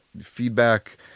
feedback